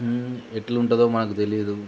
ఎట్లా ఉంటుందో మనకు తెలియదు